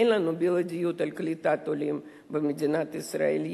אין לנו בלעדיות על קליטת עולים במדינת ישראל,